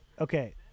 Okay